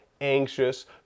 anxious